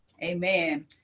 Amen